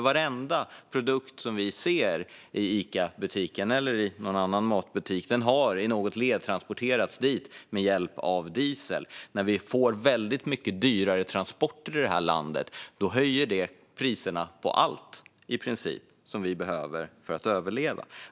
Varenda produkt som vi ser i Icabutiken eller någon annan matbutik har i något led transporterats dit med hjälp av diesel, men när vi får väldigt mycket dyrare transporter i det här landet höjer det priset på i princip allt som vi behöver för att överleva.